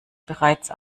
bereits